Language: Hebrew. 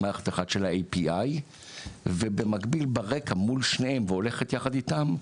מערכת אחת של ה API ובמקביל ברקע מול שניהם והולכת יחד איתם,